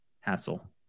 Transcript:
hassle